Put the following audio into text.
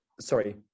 sorry